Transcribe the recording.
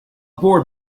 board